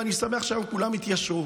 ואני שמח שכולם התיישרו.